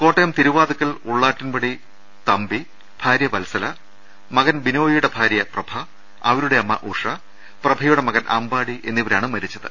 കോട്ടയം തിരുവാതുക്കൽ ഉള്ളാട്ടിൻപടി തമ്പി ഭാര്യ വത്സല മകൻ ബിനോയിയുടെ ഭാര്യ പ്രഭ അവരുടെ അമ്മ ഉഷ പ്രഭ യുടെ മകൻ അമ്പാടി എന്നിവരാണ് മരിച്ചത്